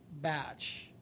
batch